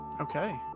Okay